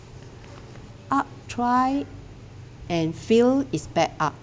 art try and fail is bad art